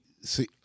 See